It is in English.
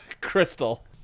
Crystal